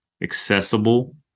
accessible